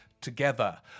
together